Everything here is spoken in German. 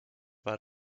war